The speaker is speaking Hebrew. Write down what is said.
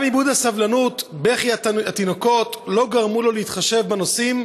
גם איבוד הסבלנות ובכי התינוקות לא גרמו לו להתחשב בנוסעים,